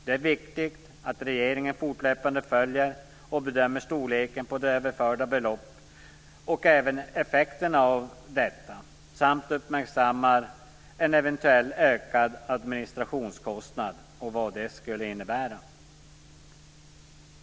Det är viktigt att regeringen fortlöpande följer och bedömer storleken på det överförda beloppet och även effekterna av detta samt uppmärksammar vad en eventuell ökad administrationskostnad skulle innebära.